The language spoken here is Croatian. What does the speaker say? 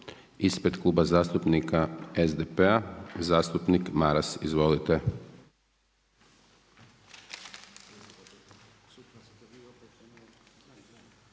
Ispred Kluba zastupnika SDP-a, zastupnik Maras. Izvolite.